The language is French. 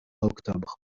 octobre